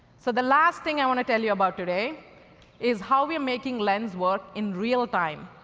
so, the last thing i want to tell you about today is how we're making lens work in real time.